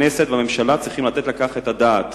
הכנסת והממשלה צריכות לתת על כך את הדעת.